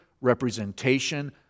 representation